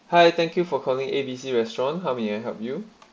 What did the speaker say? hi thank you for calling A B C restaurant may I help you